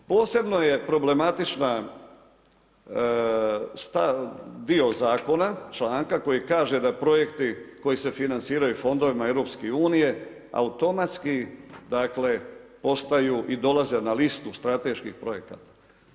Posebno je problematičan dio zakona, članka koji kaže da projekti koji se financiraju fondovima EU automatski dakle postaju i dolaze na listu strateških projekata.